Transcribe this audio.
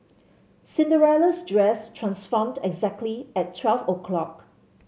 Cinderella's dress transformed exactly at twelve o'clock